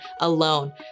alone